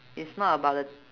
it's not about the